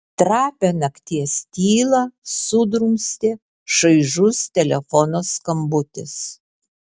trapią nakties tylą sudrumstė šaižus telefono skambutis